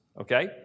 Okay